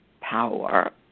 power